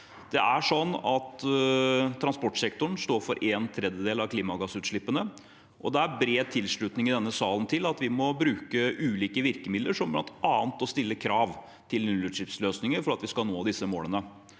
Transportsektoren står for en tredjedel av klimagassutslippene, og i denne salen er det bred tilslutning til at vi må bruke ulike virkemidler, som bl.a. å stille krav til nullutslippsløsninger, for at vi skal nå disse målene.